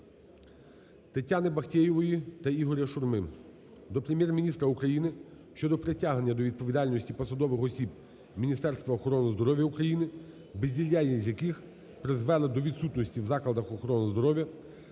Тетяни Бахтеєвої та Ігоря Шурми до Прем'єр-міністра України щодо притягнення до відповідальності посадових осіб Міністерства охорони здоров'я України, бездіяльність яких призвела до відсутності в закладах охорони здоров'я